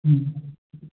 ꯎꯝ